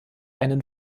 einen